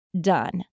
done